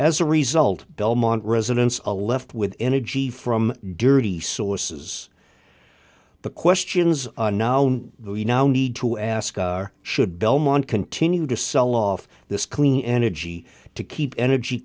as a result belmont residents a left with energy from dirty sources the questions we now need to ask are should belmont continue to sell off this clean energy to keep energy